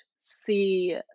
see